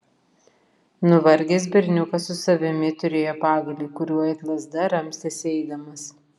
nuvargęs berniukas su savimi turėjo pagalį kuriuo it lazda ramstėsi eidamas